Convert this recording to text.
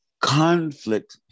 conflict